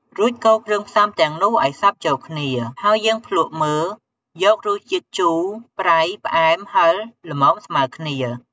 រួចកូរគ្រឿងផ្សំទាំងនោះឲ្យសព្វចូលគ្នា ហើយយើងភ្លក្សមើលយករសជាតិជូរ ប្រៃ ផ្អែម ហឹរល្មមស្មើរគ្នា។